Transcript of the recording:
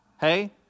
Hey